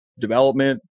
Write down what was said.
development